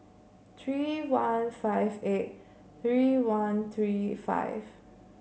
three one five eight three one three five